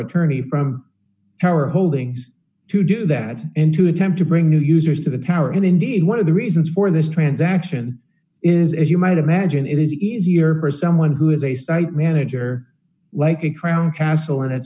attorney from our holdings to do that and to attempt to bring new users to the tower and indeed one of the reasons for this transaction is as you might imagine it is easier for someone who is a site manager like a crown castle